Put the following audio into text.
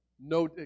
no